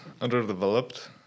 underdeveloped